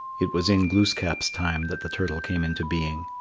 it was in glooskap's time that the turtle came into being.